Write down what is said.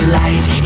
light